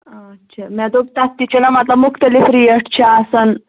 آچھا مےٚ دوٚپ تَتھ تہِ چھِنا مطلب مُختلِف ریٹ چھِ آسان